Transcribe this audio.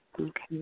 Okay